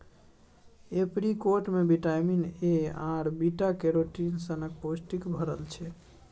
apricot मे vitamin A आर beta carotene सनक पौष्टिक भरल छै